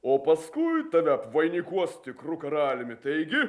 o paskui tave apvainikuos tikru karaliumi taigi